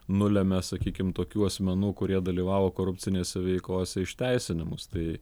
nulemia sakykim tokių asmenų kurie dalyvavo korupcinėse veikose išteisinimus tai